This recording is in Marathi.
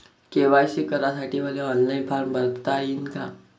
के.वाय.सी करासाठी मले ऑनलाईन फारम भरता येईन का?